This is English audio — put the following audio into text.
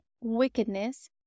wickedness